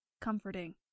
comforting